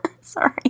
Sorry